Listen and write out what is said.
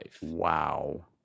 wow